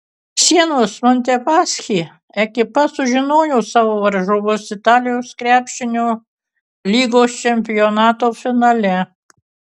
sienos montepaschi ekipa sužinojo savo varžovus italijos krepšinio lygos čempionato finale